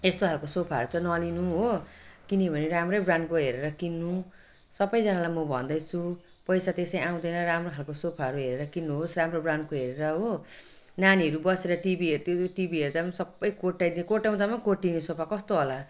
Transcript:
यस्तो खाले सोफाहरू नलिनु हो किन्यो भने राम्रै ब्रान्डको हेरेर किन्नु सबजनालाई म भन्दैछु पैसा त्यसै आउँदैन राम्रो खाले सोफाहरू हेरेर किन्नु होस् राम्रो ब्रान्डको हेरेर हो नानीहरू बसेर टिभी हेर्थ्यो टिभी हेर्दा सब कोट्याइदियो कोट्याउँदामा कोटिने सोफा कस्तो होला